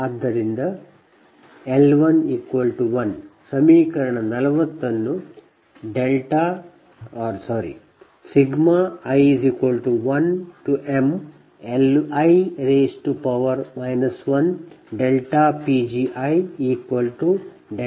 L1 1 ಆದ್ದರಿಂದ ಸಮೀಕರಣ 40 ಅನ್ನು i1mLi 1PgiPL